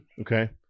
Okay